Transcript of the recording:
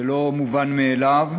זה לא מובן מאליו,